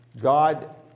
God